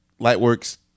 Lightworks